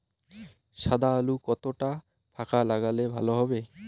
সাদা আলু কতটা ফাকা লাগলে ভালো হবে?